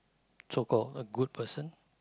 so called a good person